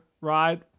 ride